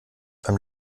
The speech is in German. beim